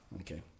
Okay